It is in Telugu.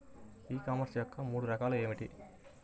ఈ కామర్స్ యొక్క మూడు రకాలు ఏమిటి?